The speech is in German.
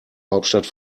hauptstadt